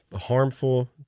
harmful